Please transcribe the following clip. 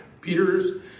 Peter's